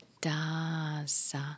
dasa